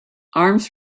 arms